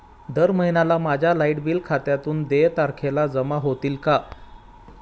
दर महिन्याला माझ्या लाइट बिल खात्यातून देय तारखेला जमा होतील का?